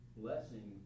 blessing